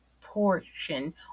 portion